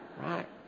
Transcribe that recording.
Right